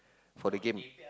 for the game